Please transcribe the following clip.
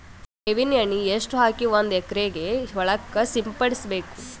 ಬೇವಿನ ಎಣ್ಣೆ ಎಷ್ಟು ಹಾಕಿ ಒಂದ ಎಕರೆಗೆ ಹೊಳಕ್ಕ ಸಿಂಪಡಸಬೇಕು?